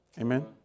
Amen